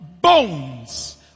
bones